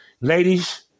ladies